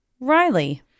Riley